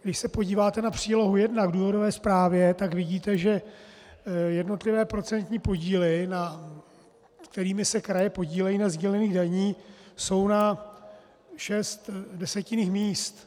Když se podíváte na přílohu jedna k důvodové zprávě, tak vidíte, že jednotlivé procentní podíly, kterými se kraje podílejí na sdílených daních, jsou na šest desetinných míst.